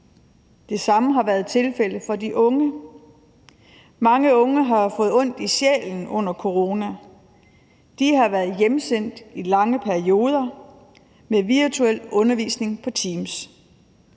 Det samme har været tilfældet for de unge. Mange unge har fået ondt i sjælen under corona. De har været hjemsendt i lange perioder med virtuel undervisning på Teams.